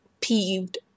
peeved